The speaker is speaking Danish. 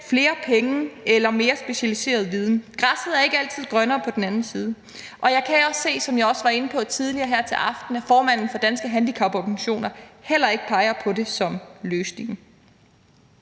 flere penge eller mere specialiseret viden. Græsset er ikke altid grønnere på den anden side, og jeg kan også se, som jeg også var inde på tidligere her til aften, at formanden for Danske Handicaporganisationer heller ikke peger på det som løsningen.